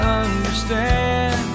understand